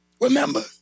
Remember